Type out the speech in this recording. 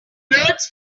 birds